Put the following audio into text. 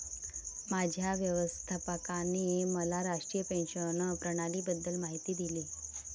माझ्या व्यवस्थापकाने मला राष्ट्रीय पेन्शन प्रणालीबद्दल माहिती दिली